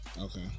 Okay